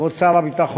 כבוד שר הביטחון,